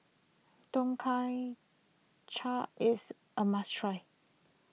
Tom Kha chia is a must try